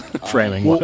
framing